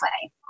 play